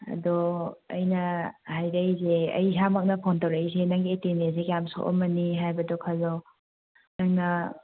ꯑꯗꯣ ꯑꯩꯅ ꯍꯥꯏꯔꯛꯏꯁꯦ ꯑꯩ ꯏꯁꯥꯃꯛꯅ ꯐꯣꯟ ꯇꯧꯔꯛꯏꯁꯦ ꯅꯪꯒꯤ ꯑꯦꯇꯦꯟꯗꯦꯟꯁꯁꯦ ꯀꯌꯥꯝ ꯁꯣꯛꯑꯝꯃꯅꯤ ꯍꯥꯏꯕꯗꯣ ꯈꯜꯂꯣ ꯅꯪꯅ